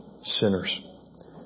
Sinners